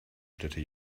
städte